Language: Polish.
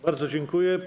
Bardzo dziękuję.